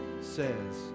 says